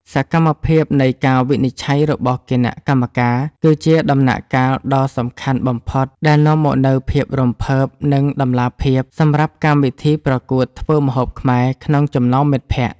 សកម្មភាពនៃការវិនិច្ឆ័យរបស់គណៈកម្មការ គឺជាដំណាក់កាលដ៏សំខាន់បំផុតដែលនាំមកនូវភាពរំភើប និងតម្លាភាពសម្រាប់កម្មវិធីប្រកួតធ្វើម្ហូបខ្មែរក្នុងចំណោមមិត្តភក្តិ។